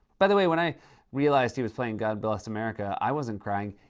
by the way, when i realized he was playing god bless america, i wasn't crying.